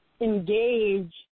engage